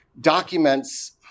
documents